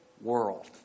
world